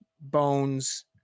bones